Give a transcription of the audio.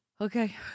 okay